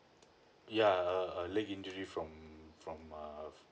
ya a a leg injury from from uh